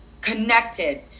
connected